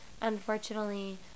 Unfortunately